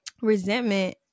resentment